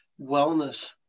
wellness